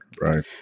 right